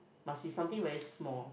must be something very small